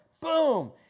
Boom